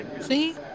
See